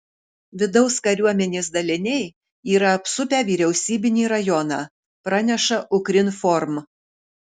vidaus kariuomenės daliniai yra apsupę vyriausybinį rajoną praneša ukrinform